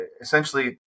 essentially